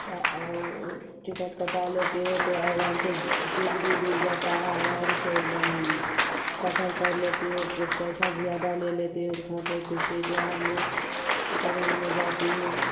کیا ٹکٹ کٹا لیتی ہے تو آرام سے سیٹ بھی مل جاتا ہے آرام سے ایک دم سفر کر لیتی ہوں کچھ پیسہ زیادہ لے لیتی ہوں کھاتے پیتے جہاں نا ٹرین میں جاتی ہوں